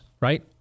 right